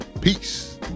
peace